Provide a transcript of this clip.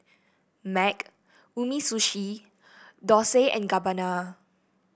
MAG Umisushi Dolce and Gabbana